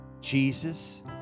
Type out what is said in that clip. Jesus